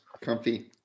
Comfy